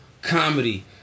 Comedy